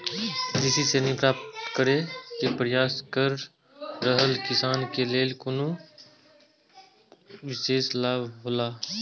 कृषि ऋण प्राप्त करे के प्रयास कर रहल किसान के लेल कुनु विशेष लाभ हौला?